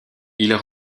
ils